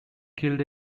killed